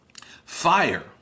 fire